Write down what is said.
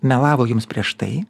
melavo jums prieš tai